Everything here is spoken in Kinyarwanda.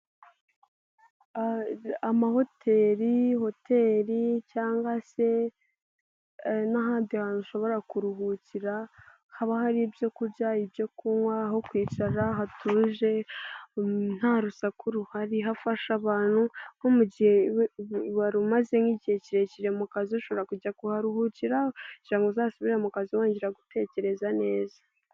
Amahoteli, Hotel cyangwa se n'ahandi hantu ushobora kuruhukira haba hari ibyo kurya, ibyo kunywa, aho kwicara hatuje, nta rusaku ruhari, hafasha abantu nko mu gihe wari umaze nk'igihe kirekire mu kazi ushobora kujya kuharuhukira, kugirango ngo uzasubire mu kazi wongera gutekereza neza.